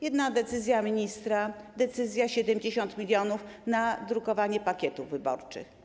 Jedna decyzja ministra - decyzja dotycząca 70 mln na drukowanie pakietów wyborczych.